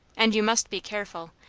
and you must be careful,